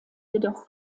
jedoch